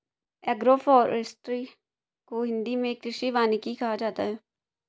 agroforestry को हिंदी मे कृषि वानिकी कहा जाता है